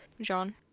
Jean